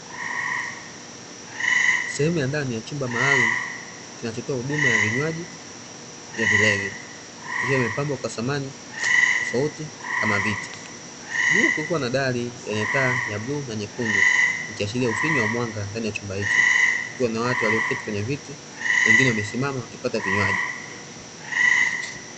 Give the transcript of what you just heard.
Sehemu ya ndani ya chumba maalumu kinachotoa huduma ya vinywaji na vilevi, ikiwa imepambwa kwa samani tofauti kama viti, juu kukiwa na dari yenye taa ya bluu na nyekundu ikiashiria ufinyu wa mwanga ndani ya chumba hicho, kukiwa na watu walioketi kwenye viti na wengine kusimama wakipata vinywaji.